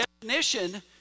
definition